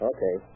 Okay